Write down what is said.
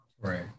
right